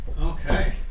Okay